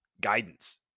guidance